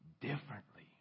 differently